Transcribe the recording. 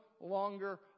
longer